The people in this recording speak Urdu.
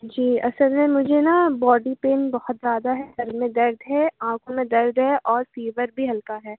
جی اصل میں مجھے نا باڈی پین بہت زیادہ ہے سر میں درد ہے آنکھوں میں درد ہے اور فیور بھی ہلکا ہے